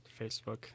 Facebook